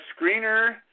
screener